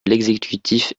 l’exécutif